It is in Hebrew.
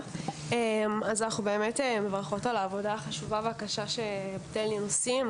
אנחנו מברכות על העבודה החשובה והקשה שבתי לין עושים.